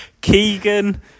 keegan